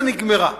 הוויזה נגמרה.